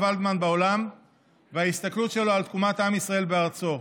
ולדמן בעולם ואת ההסתכלות שלו על תקומת עם ישראל בארצו: